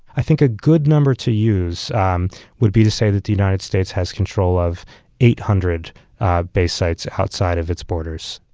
i think a good number to use um would be to say that the united states has control of eight hundred base sites outside of its borders.